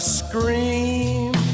scream